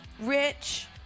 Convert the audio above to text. rich